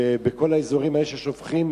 ובכל האזורים האלה ששופכים